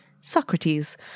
Socrates